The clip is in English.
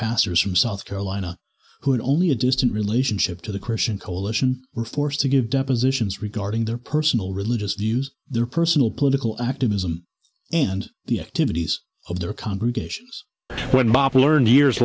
some south carolina who had only a distant relationship to the christian coalition were forced to give depositions regarding their personal religious views their personal political activism and the activities of their congregations when bob learned years